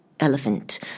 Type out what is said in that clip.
Elephant